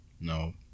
No